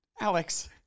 Alex